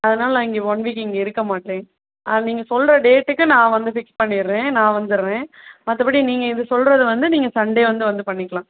அதனாலே நான் இங்கே ஒன் வீக் இங்கே இருக்க மாட்டேன் ஆ நீங்கள் சொல்லுற டேட்டுக்கு நான் வந்து ஃபிக்ஸ் பண்ணிடறேன் நான் வந்துறேன் மற்றபடி நீங்கள் இது சொல்வது வந்து நீங்கள் சண்டே வந்து வந்து பண்ணிக்கலாம்